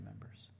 members